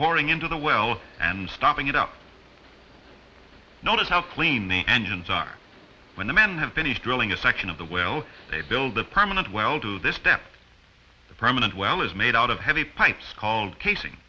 pouring into the well and stopping it up notice how clean the engines are when the men have finished drilling a section of the well they build the permanent well to this depth the permanent well is made out of heavy pipes called casing